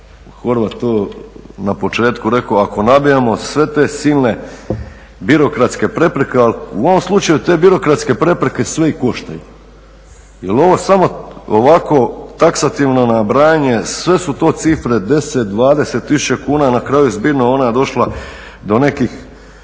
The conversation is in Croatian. Horvat to na početku rekao ako …/Govornik se ne razumije./… sve te silne birokratske prepreke. Ali u ovom slučaju te birokratske prepreke sve i koštaju. Jer ovo samo ovako taksativno nabrajanje sve su to cifre 10, 20 tisuća kuna, na kraju zbirno onda je došla do nekih